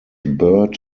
bird